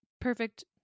perfect